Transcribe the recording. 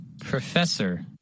Professor